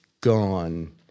gone